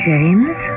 James